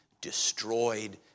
destroyed